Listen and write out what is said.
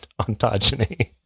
ontogeny